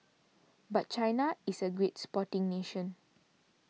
but China is a great sporting nation